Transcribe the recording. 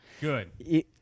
Good